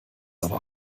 aber